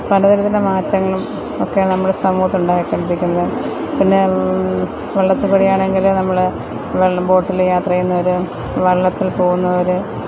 പല തരത്തിലുള്ള മാറ്റങ്ങളും ഒക്കെ നമ്മുടെ സമൂഹത്തുണ്ടായിക്കൊണ്ടിരിക്കുന്നത് പിന്നെ വെള്ളത്തിൽക്കൂടിയാണെങ്കിൽ നമ്മൾ വെള്ളം ബോട്ടിൽ യാത്ര ചെയ്യുന്നവർ വള്ളത്തില് പോകുന്നവർ